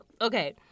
Okay